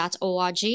org